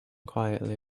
quietly